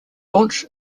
launch